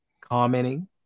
commenting